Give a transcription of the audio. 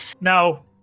now